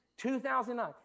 2009